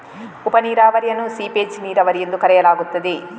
ಉಪ ನೀರಾವರಿಯನ್ನು ಸೀಪೇಜ್ ನೀರಾವರಿ ಎಂದೂ ಕರೆಯಲಾಗುತ್ತದೆ